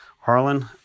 Harlan